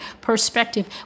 perspective